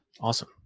awesome